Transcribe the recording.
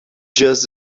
just